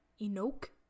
Enoch